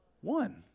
One